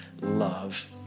love